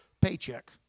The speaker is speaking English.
paycheck